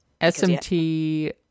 SMT